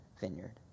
vineyard